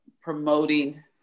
promoting